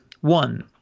One